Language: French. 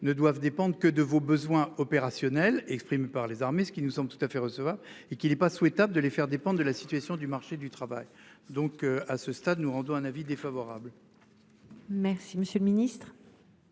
ne doivent dépendre que de vos besoins opérationnels exprime par les armées, ce qui nous sommes tout à fait recevable et qui n'est pas souhaitable de les faire dépendre de la situation du marché du travail, donc à ce stade, nous rendons un avis défavorable. Merci monsieur le ministre.